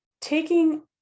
taking